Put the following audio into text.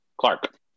Clark